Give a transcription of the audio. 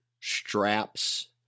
straps